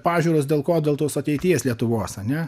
pažiūros dėl ko dėl tos ateities lietuvos ane